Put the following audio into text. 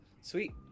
Sweet